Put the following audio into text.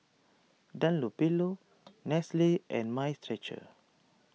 Dunlopillo Nestle and Mind Stretcher